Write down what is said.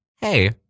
hey